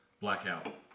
Blackout